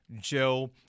Joe